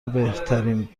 بهترین